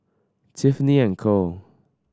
Tiffany and Co